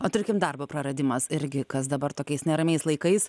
o tarkim darbo praradimas irgi kas dabar tokiais neramiais laikais